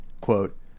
quote